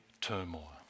turmoil